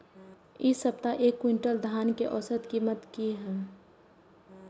इ सप्ताह एक क्विंटल धान के औसत कीमत की हय?